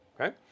Okay